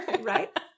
Right